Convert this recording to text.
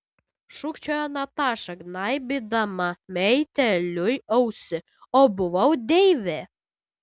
šūkčiojo nataša gnaibydama meitėliui ausį o buvau deivė